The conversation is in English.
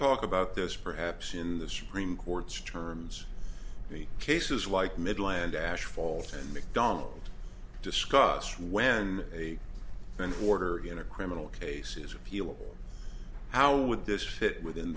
talk about this perhaps in the supreme court's terms the cases like midland ashfall and mcdonald discussed when a an order in a criminal cases appealed how would this fit within